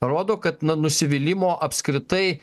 rodo kad na nusivylimo apskritai